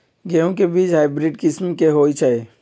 गेंहू के बीज हाइब्रिड किस्म के होई छई?